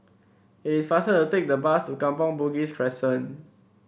it's faster to take the bus to Kampong Bugis Crescent